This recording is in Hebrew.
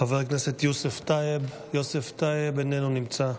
חבר הכנסת יוסף טייב, איננו נמצא,